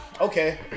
Okay